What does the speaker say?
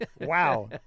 Wow